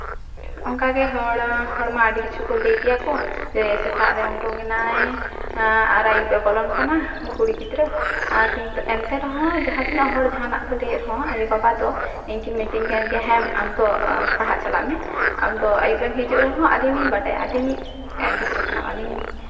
ᱚᱱᱠᱟᱜᱮ ᱦᱚᱲ ᱦᱚᱲᱢᱟ ᱟᱹᱰᱤ ᱠᱤᱪᱷᱩ ᱞᱟᱹᱭ ᱜᱮᱭᱟ ᱠᱚ ᱡᱮ ᱥᱮᱛᱟᱜ ᱨᱮ ᱩᱰᱩᱝ ᱮᱱᱟᱭ ᱟᱨ ᱟᱹᱭᱩᱵ ᱮ ᱵᱚᱞᱚᱱ ᱠᱟᱱᱟ ᱠᱩᱲᱤ ᱜᱤᱫᱽᱨᱟᱹ ᱮᱱᱛᱮ ᱨᱮᱦᱚᱸ ᱦᱚᱲ ᱡᱟᱦᱟᱸ ᱛᱤᱱᱟᱹᱜ ᱡᱟᱦᱟᱱᱟᱜ ᱠᱚ ᱞᱟᱹᱭᱮᱜ ᱨᱮᱦᱚᱸ ᱟᱭᱳᱼᱵᱟᱵᱟ ᱫᱚ ᱤᱧ ᱠᱤᱱ ᱢᱤᱛᱟᱹᱧ ᱜᱮᱭᱟ ᱦᱮᱸ ᱟᱢ ᱫᱚ ᱯᱟᱲᱦᱟᱜ ᱪᱟᱞᱟᱜ ᱢᱮ ᱟᱢ ᱫᱚ ᱟᱹᱭᱩᱵ ᱮᱢ ᱦᱤᱡᱩᱜ ᱨᱮᱦᱚᱸ ᱟᱹᱞᱤᱧ ᱞᱤᱧ ᱵᱟᱲᱟᱭᱟ ᱟᱹᱞᱤᱧ ᱤᱡ ᱜᱤᱫᱽᱨᱟᱹ ᱠᱟᱱᱟᱢ